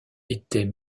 était